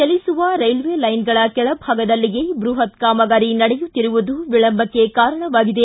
ಚಲಿಸುವ ರೈಲ್ವೆಲ್ಕನ್ಗಳ ಕೆಳಭಾಗದಲ್ಲಿಯೇ ಬೃಹತ್ ಕಾಮಗಾರಿ ನಡೆಯುತ್ತಿರುವುದು ವಿಳಂಬಕ್ಕೆ ಕಾರಣವಾಗಿದೆ